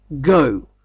Go